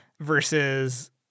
versus